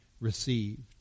received